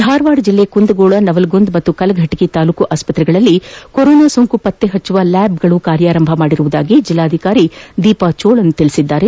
ಧಾರವಾದ ಜಿಲ್ಲೆಯ ಕುಂದಗೋಳ ನವಲಗುಂದ ಹಾಗೂ ಕಲಘಟಕಿ ತಾಲೂಕು ಆಸ್ವತ್ರೆಗಳಲ್ಲಿ ಕೊರೋನಾ ಸೋಂಕು ಪತ್ತೆ ಹಚ್ಚುವ ಪ್ರಯೋಲಾಯಗಳು ಕಾರ್ಯಾರಂಭ ಮಾಡಿವೆ ಎಂದು ಜಿಲ್ಲಾಧಿಕಾರಿ ದೀಪಾ ಚೋಳನ್ ಹೇಳಿದ್ದಾರೆ